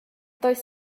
does